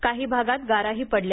काही भागात गाराही पडल्या